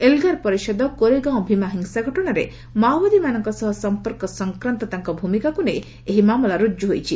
Elgar Parishad Koregaon Bhima ହିଂସା ଘଟଣାରେ ମାଓବାଦୀମାନଙ୍କ ସହ ସମ୍ପର୍କ ସଂକ୍ରାନ୍ତ ତାଙ୍କର ଭୂମିକାକୁ ନେଇ ଏହି ମାମଲା ରୁଜୁ ହୋଇଛି